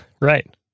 Right